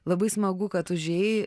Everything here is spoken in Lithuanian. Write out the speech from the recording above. labai smagu kad užėjai